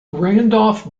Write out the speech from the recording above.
randolph